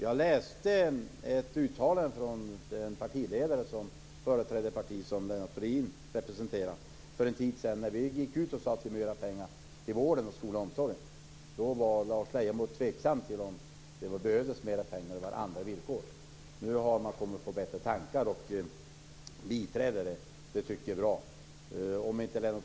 Jag läste ett uttalande för en tid sedan från ledaren för det parti som Lennart Rohdin representerar. När vi gick ut och sade att vi ville ge mera pengar till vården, skolan och omsorgen var Lars Leijonborg tveksam till om det behövdes mera pengar. Man har nu kommit på bättre tankar och biträder dessa medel. Jag tycker att det är bra.